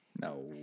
No